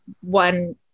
one